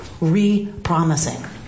Re-promising